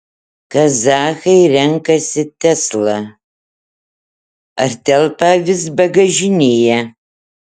kazachai renkasi tesla ar telpa avis bagažinėje